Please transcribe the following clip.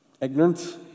ignorant